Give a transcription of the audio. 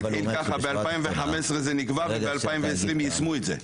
ב-2015 זה נקבע וב-2020 יישמו את זה.